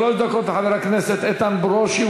שלוש דקות לחבר הכנסת איתן ברושי,